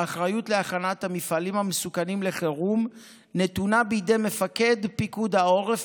האחריות להכנת המפעלים המסוכנים בחירום נתונה בידי מפקד פיקוד העורף